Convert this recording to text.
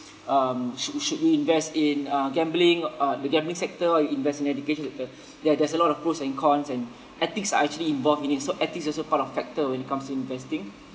um should should we invest in uh gambling uh the gambling sector or you invest in education sector ya there's a lot of pros and cons and ethics are actually involved in it so ethics also part of factor when it comes to investing